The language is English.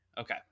Okay